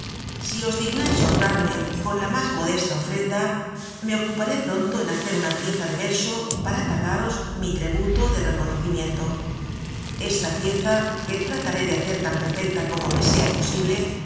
si os dignais honrarme con lamas modesta ofrenda me ocuparé pronto en hacer una pieza de verso para pagaros mi trebu to de reconocimiento esta pieza que trataré de hacer tan perfecta como me sea posible